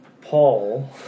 paul